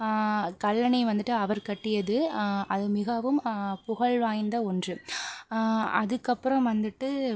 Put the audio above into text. கல்லணை வந்துட்டு அவர் கட்டியது அது மிகவும் புகழ்வாய்ந்த ஒன்று அதுக்கப்புறம் வந்துட்டு